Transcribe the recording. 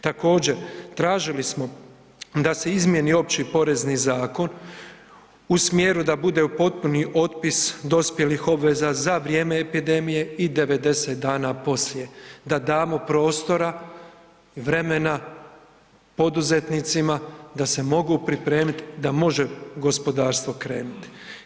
Također, tražili smo da se izmjeni Opći porezni zakon u smjeru da bude potpuni otpis dospjelih obveza za vrijeme epidemije i 90 dana poslije, da damo prostora i vremena poduzetnicima da se mogu pripremit da može gospodarstvo krenuti.